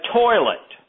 toilet